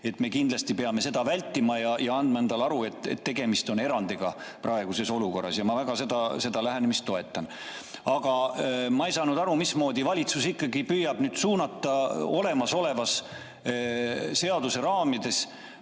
Me kindlasti peame seda vältima ja andma endale aru, et tegemist on praeguses olukorras erandiga. Ma väga seda lähenemist toetan. Aga ma ei saanud aru, mismoodi valitsus ikkagi püüab olemasoleva seaduse raamides